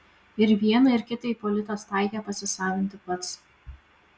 ir vieną ir kitą ipolitas taikė pasisavinti pats